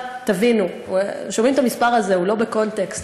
תבינו, שומעים את המספר הזה, הוא לא בְּקונטקסט: